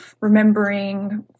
remembering